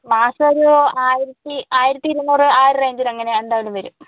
മാസം ഒരു ആയിരത്തി ആയിരത്തി ഇരുന്നൂറ് ആ ഒരു റേഞ്ചിൽ അങ്ങനെ എന്തായാലും വരും